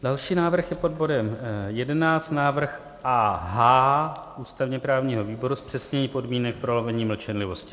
Další návrh je pod bodem 11, návrh AH ústavněprávního výboru, zpřesnění podmínek prolomení mlčenlivosti.